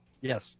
Yes